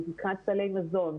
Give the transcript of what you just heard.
בחלוקת סלי מזון,